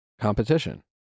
competition